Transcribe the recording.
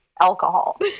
alcohol